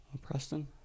Preston